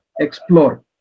explore